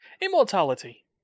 Immortality